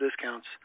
discounts